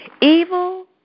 Evil